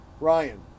Ryan